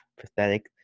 pathetic